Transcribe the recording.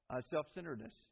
self-centeredness